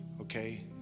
Okay